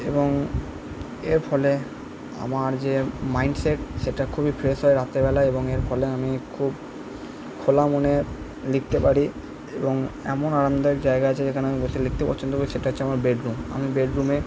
এবং এর ফলে আমার যে মাইন্ডসেট সেটা খুবই ফ্রেশ হয় রাত্রেবেলা এবং এর ফলে আমি খুব খোলা মনে লিখতে পারি এবং এমন আনন্দের জায়গা আছে যেখানে আমি বসে লিখতে পছন্দ করি সেটা হচ্ছে আমার বেডরুম আমি বেডরুমে